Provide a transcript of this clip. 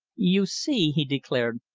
you see, he declared,